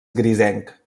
grisenc